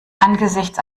angesichts